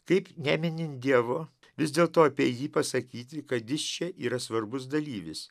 kaip neminint dievo vis dėl to apie jį pasakyti kad jis čia yra svarbus dalyvis